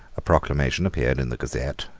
a proclamation appeared in the gazette,